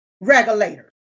regulator